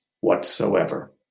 whatsoever